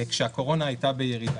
כשהקורונה הייתה בירידה.